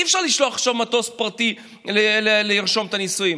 אי-אפשר לשלוח עכשיו מטוס פרטי לרשום את הנישואים.